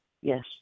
Yes